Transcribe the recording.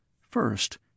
First